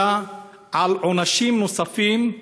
אלא על עונשים נוספים,